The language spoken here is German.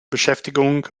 beschäftigung